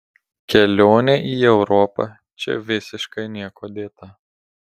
kelionė į europą čia visiškai niekuo dėta